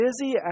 busy